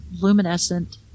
luminescent